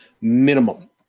minimum